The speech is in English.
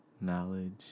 knowledge